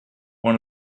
one